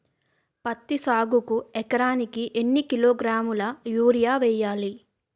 పత్తి సాగుకు ఎకరానికి ఎన్నికిలోగ్రాములా యూరియా వెయ్యాలి?